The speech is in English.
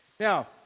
Now